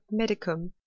Medicum